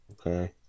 Okay